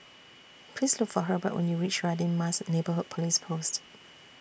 Please Look For Herbert when YOU REACH Radin Mas Neighbourhood Police Post